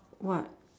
what